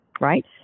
Right